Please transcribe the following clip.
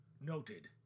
Noted